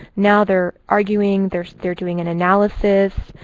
now they're arguing. they're they're doing an analysis.